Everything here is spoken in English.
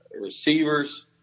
receivers